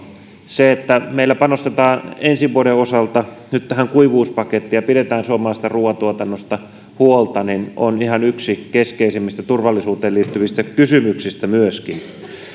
se että meillä panostetaan ensi vuoden osalta nyt tähän kuivuuspakettiin ja pidetään suomalaisesta ruoantuotannosta huolta on ihan yksi keskeisimmistä turvallisuuteen liittyvistä kysymyksistä myöskin